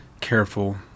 careful